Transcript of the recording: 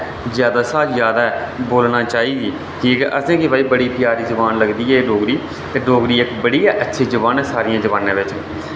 ज्यादा शा ज्यादै बोलना चाहिदी कि के असें की भाई बड़ी प्यारी जबान लगदी एह् डोगरी ते डोगरी इक बड़ी गै अच्छी जबान ऐ सारियें जबानें विच